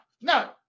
no